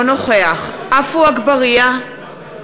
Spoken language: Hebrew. אינו נוכח עפו אגבאריה,